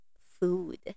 food